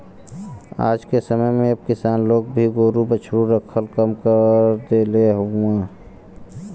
आजके समय में अब किसान लोग भी गोरु बछरू रखल कम कर देहले हउव